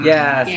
Yes